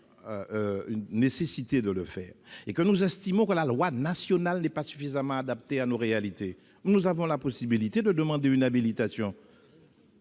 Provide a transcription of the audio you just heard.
installation, et si nous estimons que la loi nationale n'est pas suffisamment adaptée à nos réalités, nous avons la possibilité de demander une habilitation.